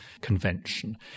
Convention